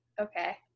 Okay